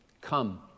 Come